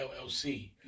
LLC